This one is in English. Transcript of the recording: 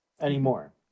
Anymore